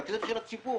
זה הכסף של הציבור.